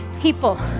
People